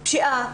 הפשיעה,